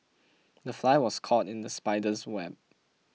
the fly was caught in the spider's web